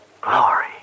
Glory